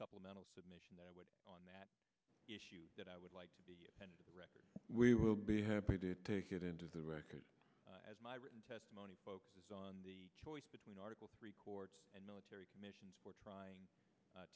supplemental submission that was on that issue that i would like to read we will be happy to take it into the record as my written testimony focuses on the choice between article three courts and military commissions for trying